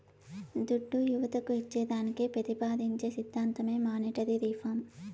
దుడ్డు యువతకు ఇచ్చేదానికి పెతిపాదించే సిద్ధాంతమే మానీటరీ రిఫార్మ్